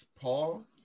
Paul